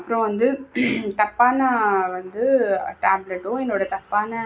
அப்புறம் வந்து தப்பான வந்து டேப்லெட்டோ என்னோடய தப்பான